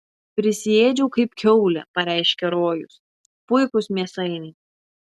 prisiėdžiau kaip kiaulė pareiškė rojus puikūs mėsainiai